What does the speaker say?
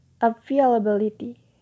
Availability